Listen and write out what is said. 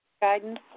guidance